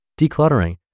Decluttering